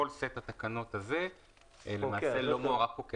לא מוארך.